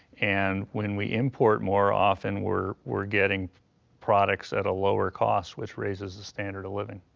and when we import, more often we're we're getting products at a lower cost, which raises the standard of living.